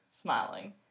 smiling